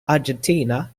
argentina